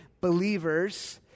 believers—